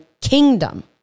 kingdom